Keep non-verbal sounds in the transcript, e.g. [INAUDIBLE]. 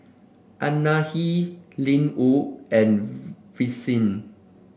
Anahi Linwood and [UNINTELLIGIBLE] Vicie